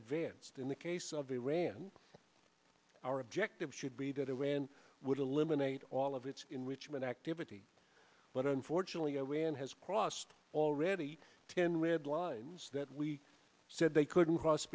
advents in the case of iran our objective should be that iran would eliminate all of its enrichment activity but unfortunately iran has crossed already ten red lines that we said they couldn't cross